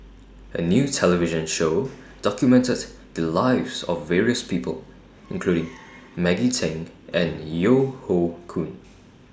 A New television Show documented The Lives of various People including Maggie Teng and Yeo Hoe Koon